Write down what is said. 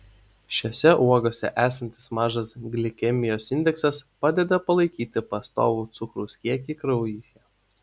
šiose uogose esantis mažas glikemijos indeksas padeda palaikyti pastovų cukraus kiekį kraujyje